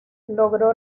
logró